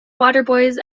waterboys